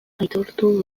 aitortu